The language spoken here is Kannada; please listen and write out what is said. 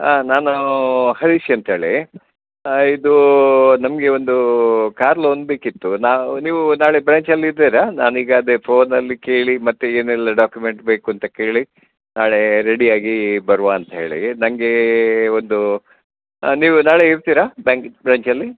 ಹಾಂ ನಾನೂ ಹರೀಶ್ ಅಂತೇಳಿ ಇದೂ ನಮಗೆ ಒಂದೂ ಕಾರ್ ಲೋನ್ ಬೇಕಿತ್ತು ನಾವು ನೀವು ನಾಳೆ ಬ್ರಾಂಚಲ್ಲಿ ಇದ್ದೀರಾ ನಾನೀಗ ಅದೆ ಫೋನಲ್ಲಿ ಕೇಳಿ ಮತ್ತು ಏನೆಲ್ಲಾ ಡಾಕ್ಯುಮೆಂಟ್ ಬೇಕು ಅಂತ ಕೇಳಿ ನಾಳೆ ರೆಡಿಯಾಗಿ ಬರುವ ಅಂತೇಳಿ ನಂಗೇ ಒಂದು ನೀವು ನಾಳೆ ಇರ್ತೀರ ಬ್ಯಾಂಕ್ ಬ್ರಾಂಚಲ್ಲಿ